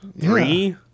three